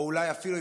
או אולי אפילו,